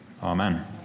amen